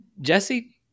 Jesse